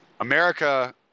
America